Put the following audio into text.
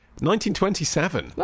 1927